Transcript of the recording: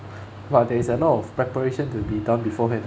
but there is a lot of preparation to be done beforehand